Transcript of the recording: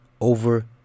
Over